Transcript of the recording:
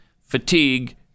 fatigue